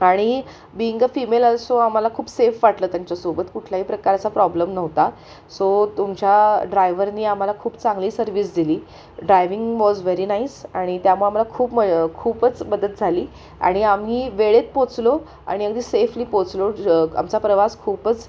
आणि being a female असो आम्हाला खूप सेफ वाटलं त्यांच्यासोबत कुठल्याही प्रकारचा प्रॉब्लम नव्हता सो तुमच्या ड्रायव्हरनी आम्हाला खूप चांगली सर्विस दिली ड्रायव्हिंग वॉज व्हेरी नाईस आणि त्यामुळं आम्हाला खूप मय खूपच मदत झाली आणि आम्ही वेळेत पोहचलो आणि अगदी सेफली पोहचलो ज आमचा प्रवास खूपच